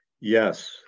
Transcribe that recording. Yes